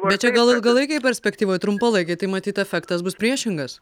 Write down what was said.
bet čia gal ilgalaikėj perspektyvoj trumpalaikėj tai matyt efektas bus priešingas